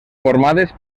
formades